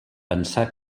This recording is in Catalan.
pensar